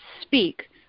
speak